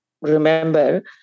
remember